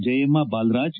Jayamma Balaraj